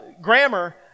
grammar